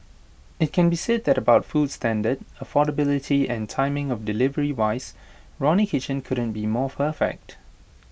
IT can be said that about food standard affordability and timing of delivery wise Ronnie kitchen couldn't be more perfect